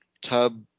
tub